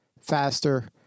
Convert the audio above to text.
faster